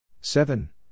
seven